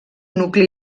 nucli